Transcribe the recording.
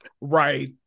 Right